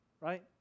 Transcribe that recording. right